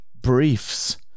Briefs